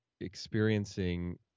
experiencing